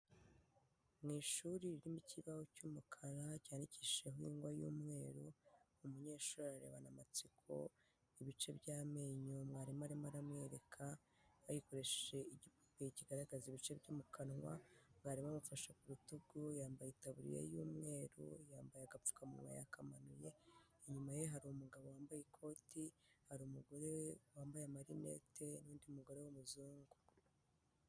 Mu ishuri ririmo ikibaho cy'umukara cyandikishijeho ingwa y'umweru, umunyeshuri ararebana amatsiko ibice by'amenyo, mwarimu arimo aramwereka, ayikoresheje igipupe kigaragaza ibice byo mu kanwa, mwarimu amufashe ku rutugu, yambaye itaburiya y'umweru, yambaye agapfukamunwa yakamanuye, inyuma ye hari umugabo wambaye ikoti, hari umugore wambaye amarinete, n'undi mugore w'umuzungu.